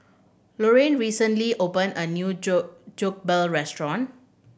Luanne recently open a new Jokbal restaurant